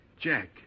Jack